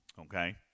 Okay